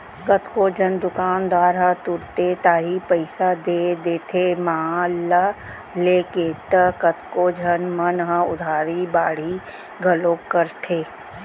कतको झन दुकानदार ह तुरते ताही पइसा दे देथे माल ल लेके त कतको झन मन ह उधारी बाड़ही घलौ करथे